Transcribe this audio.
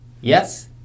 Yes